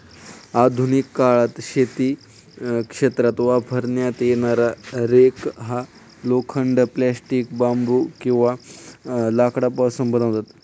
आधुनिक काळात शेती क्षेत्रात वापरण्यात येणारा रेक हा लोखंड, प्लास्टिक, बांबू किंवा लाकडापासून बनवतात